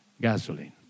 gasoline